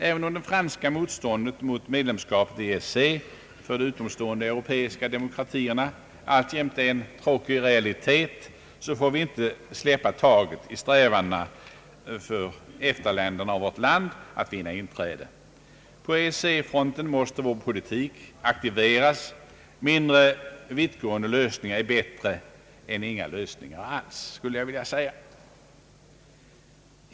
även om det franska motståndet mot medlemskap i EEC för de utomstående europeiska demokratierna alltjämt är en tråkig realitet, får vi inte släppa taget i strävandena att nå inträde för vårt land och de övriga EFTA-länderna. På EEC-fronten måste vår politik aktiveras. Mindre vittgående lösningar är bättre än inga lösningar alls, skulle jag vilja säga.